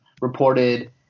reported